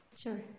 Sure